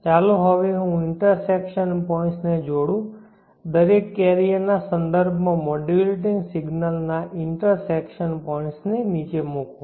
ચાલો હવે હું ઇન્ટરસેક્શન પોઈન્ટ્સ ને છોડું દરેક કેરિયર ના સંદર્ભમાં મોડ્યુલેટિંગ સિગ્નલના ઇન્ટરસેક્શન પોઈન્ટ્સ ને નીચે મૂકું